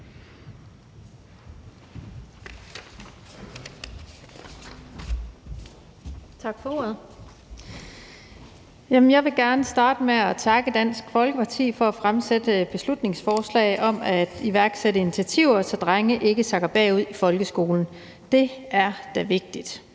Tak for ordet. Jeg vil gerne starte med at takke Dansk Folkeparti for at fremsætte beslutningsforslag om at iværksætte initiativer, så drenge ikke sakker bagud i folkeskolen. Det er da vigtigt.